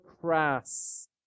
crass